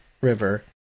River